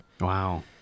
Wow